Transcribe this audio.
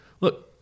look